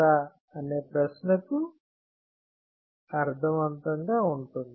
" అనే ప్రశ్న అర్థవంతంగా ఉంటుంది